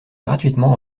gratuitement